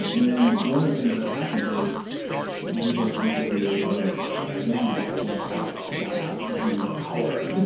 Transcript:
and one of the things that happens is you get people who are like, but i wanted all twenty five cause i have the ring of power.